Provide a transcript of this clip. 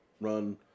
run